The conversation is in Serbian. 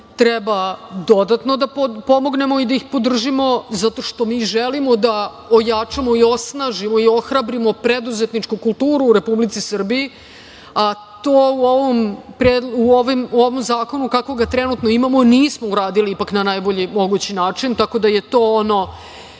treba dodatno da potpomognemo i da ih podržimo zato što mi želimo da ojačamo i osnažimo i ohrabrimo preduzetničku kulturu u Republici Srbiji, a to u ovom zakonu, kako ga trenutno imamo, nismo uradili ipak na najbolji mogući način, tako da je to ono